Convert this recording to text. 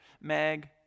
Meg